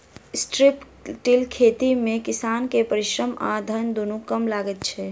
strip till खेती मे किसान के परिश्रम आ धन दुनू कम लगैत छै